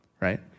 right